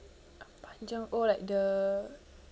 ah panjang oh like the